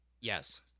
Yes